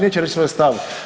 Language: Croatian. Neće reći svoj stav.